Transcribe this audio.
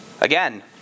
Again